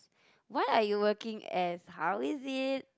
what are you working as how is it